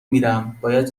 میرم، باید